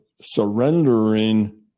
surrendering